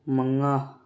ꯃꯉꯥ